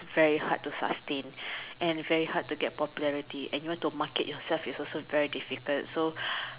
very hard to sustain and very hard to get popularity and you want to market yourself is also very difficult so